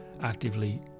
actively